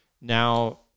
now